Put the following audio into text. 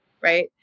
right